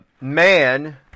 man